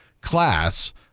class